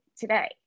today